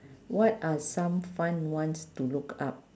what are some fun ones to look up